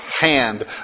hand